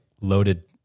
loaded